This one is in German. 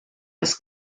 das